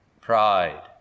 pride